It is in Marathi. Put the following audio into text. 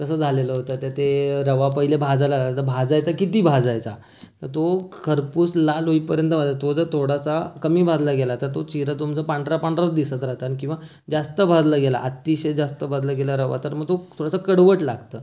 तसं झालेलं होतं तर ते रवा पहिले भाजायला लागायचं भाजायचा किती भाजायचा तर तो खरपूस लाल होईपर्यंत भाजायचा तो जर थोडासा कमी भाजला गेला तर तो शिरा तुमचा पांढरा पांढराच दिसत राहतं आणि किंवा जास्त भाजला गेला अतिशय जास्त भाजला गेला रवा तर मग तो थोडासा कडवट लागतं